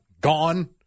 gone